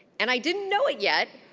and i didn't know it yet,